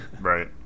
Right